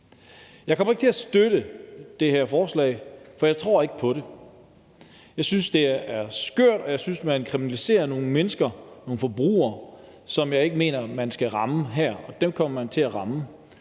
Jeg kommer ikke til at støtte det her forslag, for jeg tror ikke på det. Jeg synes, det er skørt, og jeg synes, man kriminaliserer nogle mennesker, nogle forbrugere, som jeg ikke mener man skal ramme her, men dem kommer man til at ramme